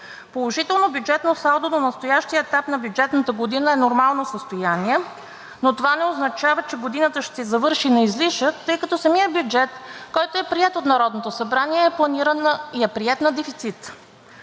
Положително бюджетно салдо до настоящия етап на бюджетната година е нормално състояние, но това не означава, че годината ще завърши на излишък, тъй като самият бюджет, който е приет от Народното събрание, е планиран и приет на дефицит.